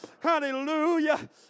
Hallelujah